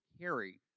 carry